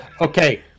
Okay